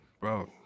bro